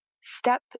step